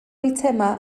eitemau